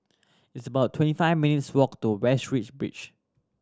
it's about twenty five minutes' walk to Westridge beach